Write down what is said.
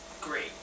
great